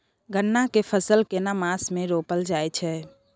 गन्ना के फसल केना मास मे रोपल जायत छै?